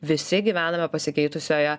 visi gyvename pasikeitusioje